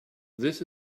this